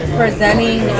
presenting